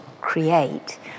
create